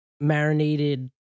marinated